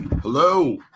Hello